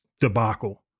debacle